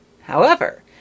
However